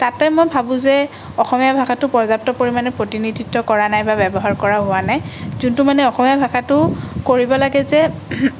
তাতে মই ভাবোঁ যে অসমীয়া ভাষাটো পৰ্যাপ্ত পৰিমাণে প্ৰতিনিধিত্ব কৰা নাই বা ব্যৱহাৰ কৰা হোৱা নাই যোনটো মানে অসমীয়া ভাষাটো কৰিব লাগে যে